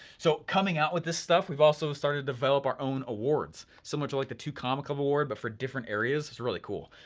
so, coming out with this stuff, we've also started to develop our own awards. so much are like the two comma club award, but for different areas really cool.